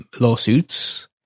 lawsuits